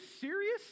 serious